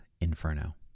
Inferno